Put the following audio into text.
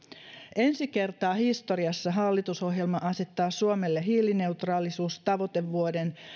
ensi kertaa historiassa hallitusohjelma asettaa suomelle hiilineutraalisuustavoitevuoden